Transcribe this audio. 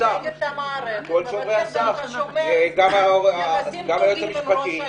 גם היועץ המשפטי.